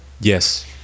Yes